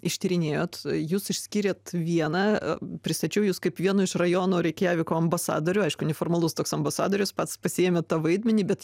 ištyrinėjot jūs išskyrėt vieną pristačiau jus kaip vieno iš rajono reikjaviko ambasadorių aišku neformalus toks ambasadorius pats pasiėmė tą vaidmenį bet